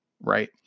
right